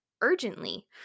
urgently